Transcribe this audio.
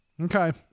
Okay